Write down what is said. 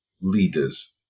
leaders